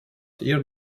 hear